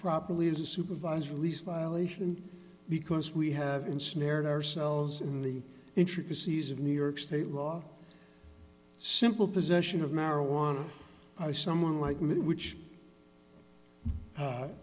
properly is a supervised release violation because we have ensnared ourselves in the intricacies of new york state law simple possession of marijuana i someone like me which